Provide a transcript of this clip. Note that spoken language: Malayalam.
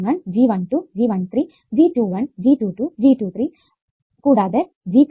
g11 g12 g13 g21 g22 g23 കൂടാതെ g31 g32 g33